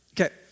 Okay